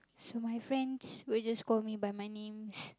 so my friends will just call me by my names